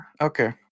Okay